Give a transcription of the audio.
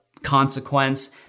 Consequence